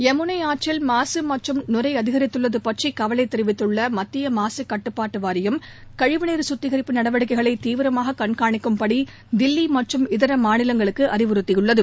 யமுனை ஆற்றில் மாசு மற்றம் நுரை அதிகரித்துள்ளது பற்றி கவலை தெரிவித்துள்ள மத்திய மாசு கட்டுபாட்டு வாரியம் கழிவுநீர் கத்திகரிப்பு நடவடிக்கைகளை தீவிரமாக கண்காணிக்கும்படி தில்லி மற்றம் இதர மாநிலங்களுக்கு அறிவுறுத்தியுள்ளது